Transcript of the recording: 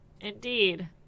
Indeed